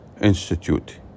Institute